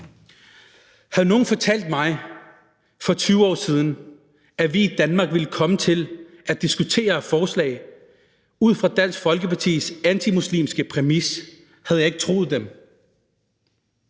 Havde nogen fortalt mig for 20 år siden, at vi i Danmark ville komme til at diskutere forslag ud fra Dansk Folkepartis antimuslimske præmis, havde jeg ikke troet dem.